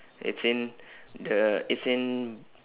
it's in the it's in